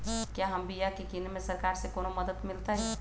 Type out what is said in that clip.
क्या हम बिया की किने में सरकार से कोनो मदद मिलतई?